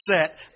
set